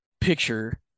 picture